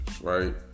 right